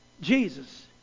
Jesus